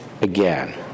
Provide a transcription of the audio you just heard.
again